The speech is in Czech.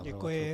Děkuji.